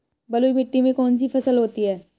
बलुई मिट्टी में कौन कौन सी फसल होती हैं?